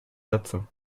sätze